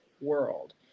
world